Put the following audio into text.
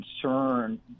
concern